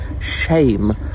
shame